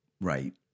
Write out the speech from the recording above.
Right